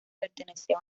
pertenecía